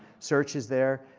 search is there.